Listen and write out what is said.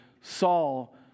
Saul